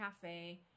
cafe